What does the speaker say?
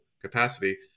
capacity